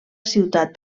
ciutat